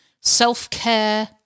self-care